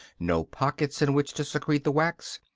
no pockets in which to secrete the wax,